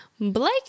Blake